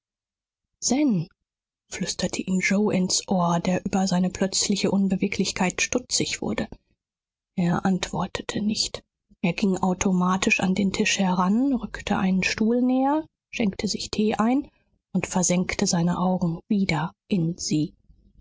flüsterte ihm yoe ins ohr der über seine plötzliche unbeweglichkeit stutzig wurde er antwortete nicht er ging automatisch an den tisch heran rückte einen stuhl näher schenkte sich tee ein und versenkte seine augen wieder in sie